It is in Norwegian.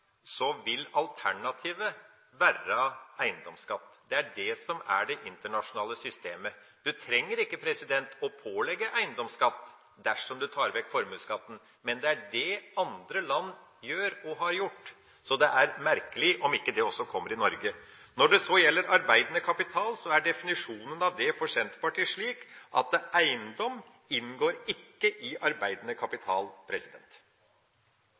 så det er merkelig om ikke det også kommer i Norge. Når det gjelder arbeidende kapital, er definisjonen av det for Senterpartiet slik at eiendom ikke inngår i arbeidende kapital.